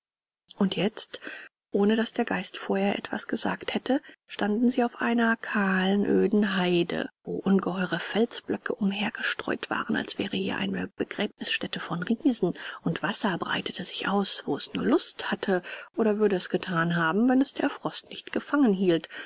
und jetzt ohne daß der geist vorher etwas gesagt hätte standen sie auf einer kahlen öden haide wo ungeheure felsblöcke umhergestreut waren als wäre hier eine begräbnisstätte von riesen und wasser breitete sich aus wo es nur lust hatte oder würde es gethan haben wenn es der frost nicht gefangen hielt